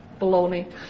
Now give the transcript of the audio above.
baloney